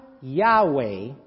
Yahweh